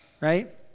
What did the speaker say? Right